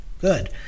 good